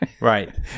Right